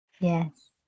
Yes